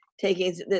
taking